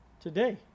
today